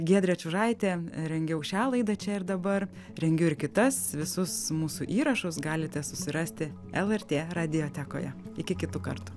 giedrė čiužaitė rengiau šią laidą čia ir dabar rengiu ir kitas visus mūsų įrašus galite susirasti lrt radiotekoje iki kitų kartų